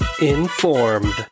Informed